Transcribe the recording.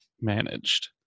managed